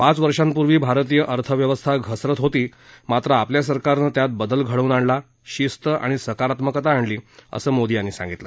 पाच वर्षापूर्वी भारतीय अर्थव्यवस्था घसरत होती मात्र आपल्या सरकारनं त्यात बदल घडवून आणला शिस्त आणि सकारात्मकता आणली असं मोदी यांनी सांगितलं